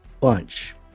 bunch